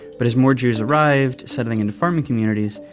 but as more jews arrived, settling into farming communes,